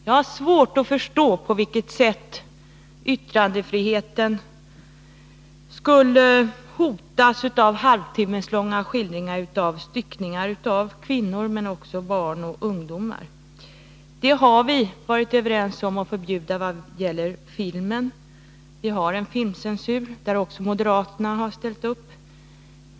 Jag har svårt att förstå på vilket sätt yttrandefriheten skulle hotas av halvtimmeslånga skildringar av styckningar av kvinnor men också av barn och ungdomar. Sådant har vi varit överens om att förbjuda i vad gäller filmen. Vi har en filmcensur, som också moderaterna har ställt upp på.